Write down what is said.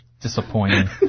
Disappointing